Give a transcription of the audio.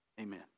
amen